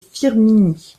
firminy